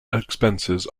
expenses